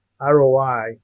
ROI